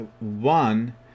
one